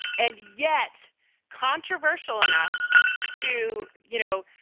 and yet controversial enough to, you know,